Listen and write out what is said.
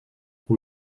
pour